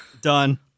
Done